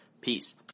Peace